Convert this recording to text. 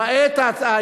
למעט אותה